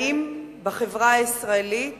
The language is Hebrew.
האם בחברה הישראלית